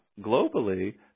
globally